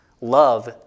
Love